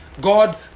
God